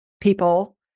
people